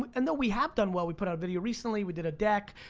and though we have done well, we put out a video recently, we did a deck,